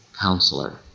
Counselor